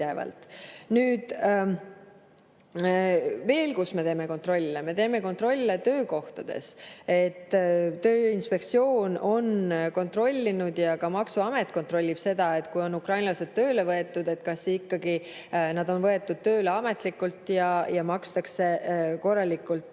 me veel teeme kontrolle? Me teeme kontrolle töökohtades. Tööinspektsioon on kontrollinud ja ka maksuamet kontrollib seda, et kui on ukrainlased tööle võetud, siis kas nad on ikkagi võetud tööle ametlikult ning kas makstakse korralikult